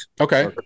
Okay